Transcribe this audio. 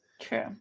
True